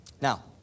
Now